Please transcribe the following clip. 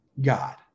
God